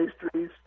pastries